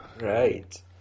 Right